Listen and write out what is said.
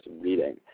reading